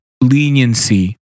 leniency